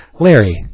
Larry